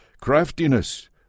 craftiness